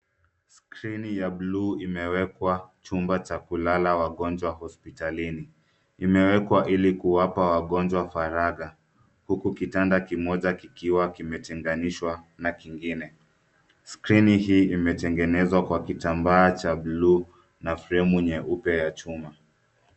Skrini ya buluu imewekwa chumba cha kulala wagonjwa hospitalini. Kimewekwa ili kuwapa wagonjwa faraja huku kitanda kimoja kikiwa kimetenganishwa na kingine. Skrini hii imetengenezwa kwa kitambaa cha buluu na fremu nyeupe ya chuma.